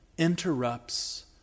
Interrupts